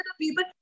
people